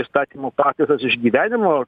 įstatymo pataisas iš gyvenimo